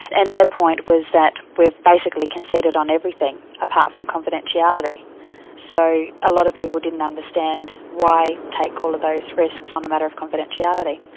and their point was that we've basically conceded on everything, apart from confidentiality' so a lot of people didn't understand why take all of those risks on a matter of confidentiality.